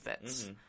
fits